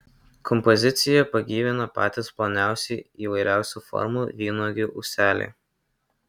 kompoziciją pagyvina patys ploniausi įvairiausių formų vynuogių ūseliai